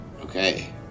Okay